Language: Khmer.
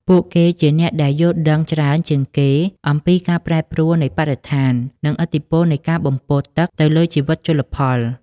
ពួកគេជាអ្នកដែលយល់ដឹងច្រើនជាងគេអំពីការប្រែប្រួលនៃបរិស្ថាន និងឥទ្ធិពលនៃការបំពុលទឹកទៅលើជីវិតជលផល។